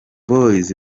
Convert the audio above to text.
boys